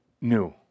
new